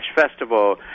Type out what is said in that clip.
festival